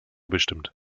bestimmt